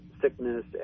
sickness